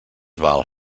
val